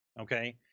okay